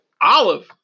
Olive